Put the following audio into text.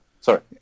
Sorry